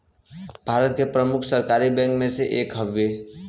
भारत के प्रमुख सरकारी बैंक मे से एक हउवे